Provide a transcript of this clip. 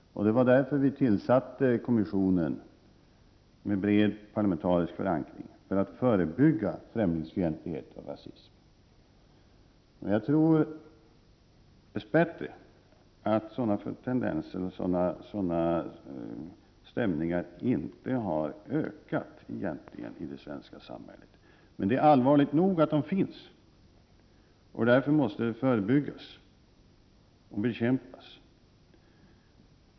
Vi tillsatte en kommission med en bred parlamentarisk förankring för att förebygga främlingsfientlighet och rasism. Jag tror att sådana tendenser dess bättre och stämningar inte har ökat i det svenska samhället. Men det är allvarligt nog att de finns, de måste förebyggas och bekämpas.